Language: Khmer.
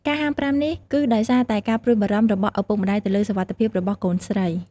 ការហាមប្រាមនេះគឺដោយសារតែការព្រួយបារម្ភរបស់ឪពុកម្តាយទៅលើសុវត្ថិភាពរបស់កូនស្រី។